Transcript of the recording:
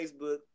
Facebook